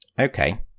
Okay